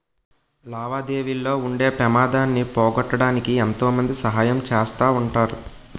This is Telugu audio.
లావాదేవీల్లో ఉండే పెమాదాన్ని పోగొట్టడానికి ఎంతో మంది సహాయం చేస్తా ఉంటారు